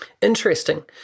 Interesting